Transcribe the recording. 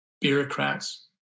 bureaucrats